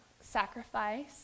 sacrifice